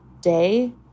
day